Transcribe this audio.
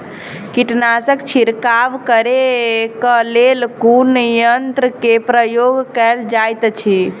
कीटनासक छिड़काव करे केँ लेल कुन यंत्र केँ प्रयोग कैल जाइत अछि?